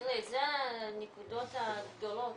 אלה הנקודות הגדולות,